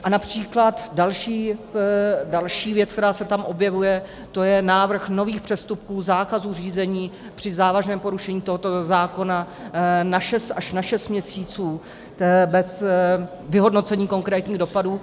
A například další věc, která se tam objevuje, to je návrh nových přestupků, zákazů řízení při závažném porušení tohoto zákona až na šest měsíců bez vyhodnocení konkrétních dopadů.